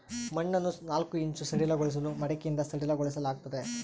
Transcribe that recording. ಮಣ್ಣನ್ನು ನಾಲ್ಕು ಇಂಚು ಸಡಿಲಗೊಳಿಸಲು ಮಡಿಕೆಯಿಂದ ಸಡಿಲಗೊಳಿಸಲಾಗ್ತದೆ